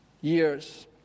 years